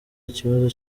ikibazo